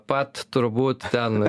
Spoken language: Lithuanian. pat turbūt ten